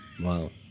wow